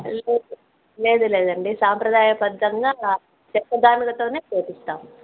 లేదు లేదు లేదండి సాంప్రదాయబద్ధంగా చెక్క గానుగతోనే చేయిస్తాం